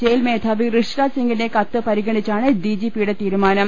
jail മേധാവി ഋഷിരാജ്സിംഗിന്റെ കത്ത് പരിഗണിച്ചാണ് ഡിജി പിയുടെ തീരുമാനം